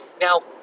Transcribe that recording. Now